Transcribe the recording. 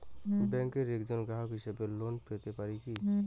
ব্যাংকের একজন গ্রাহক হিসাবে লোন পেতে পারি কি?